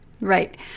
Right